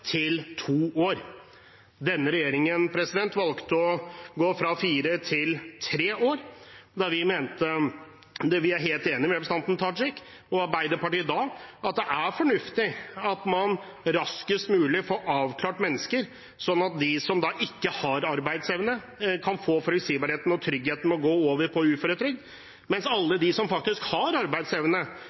til to år. Denne regjeringen valgte å gå fra fire år til tre år. Vi er helt enig med representanten Tajik og Arbeiderpartiet fra den gang i at det er fornuftig at man raskest mulig får avklart mennesker, slik at de som ikke har arbeidsevne, kan få forutsigbarheten og tryggheten i å gå over på uføretrygd – mens alle de som faktisk har arbeidsevne,